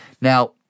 Now